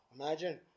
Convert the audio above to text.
Imagine